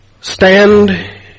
Stand